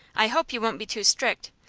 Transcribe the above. i hope you won't be too strict.